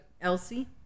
Elsie